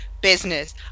business